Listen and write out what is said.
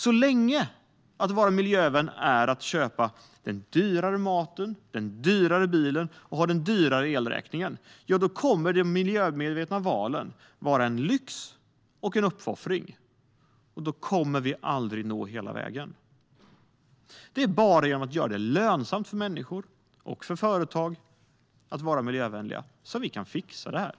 Så länge att vara miljövän innebär att köpa den dyrare maten, att köpa den dyrare bilen och att ha den dyrare elräkningen kommer de miljömedvetna valen att vara en lyx och en uppoffring. Och då kommer vi aldrig att nå hela vägen. Det är bara genom att göra det lönsamt för människor och företag att vara miljövänliga som vi kan fixa det här.